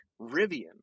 Rivian